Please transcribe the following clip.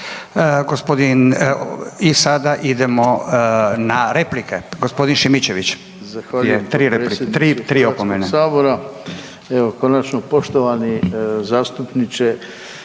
Gospodin, i sada idemo na replike. G. Šimičević je, 3 opomene.